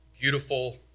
beautiful